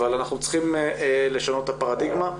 אבל אנחנו צריכים לשנות את הפרדיגמה,